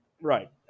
Right